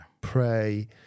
pray